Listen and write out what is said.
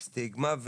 סטיגמה.